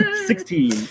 sixteen